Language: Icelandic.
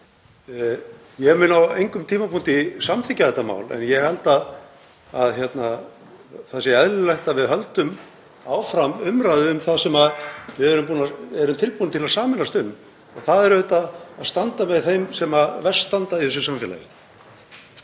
Ég mun á engum tímapunkti samþykkja þetta mál, en ég held að það sé eðlilegt að við höldum áfram umræðu um það sem við erum tilbúin að sameinast um og það er auðvitað að standa með þeim sem verst standa í þessu samfélagi.